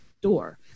door